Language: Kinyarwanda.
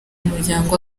muryango